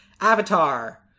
Avatar